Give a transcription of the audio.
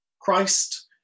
Christ